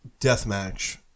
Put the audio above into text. Deathmatch